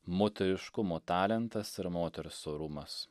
moteriškumo talentas ir moters orumas